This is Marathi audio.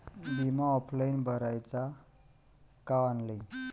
बिमा ऑफलाईन भराचा का ऑनलाईन?